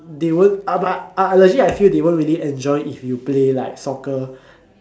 they won't ah but ah legit I feel they won't really enjoy if you play like soccer